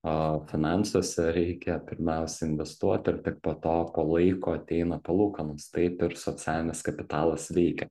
a finansuose reikia pirmiausia investuoti ir tik po to po laiko ateina palūkanų taip ir socialinis kapitalas veikia